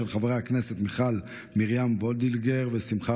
של חברי הכנסת מיכל מרים וולדיגר ושמחה